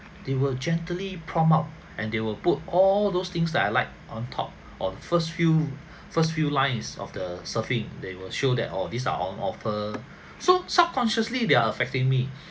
they will gently prompt up and they will put all those things that I like on top of first few first few lines of the surfing they will show that oh these are on offer so subconsciously there are affecting me